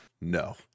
No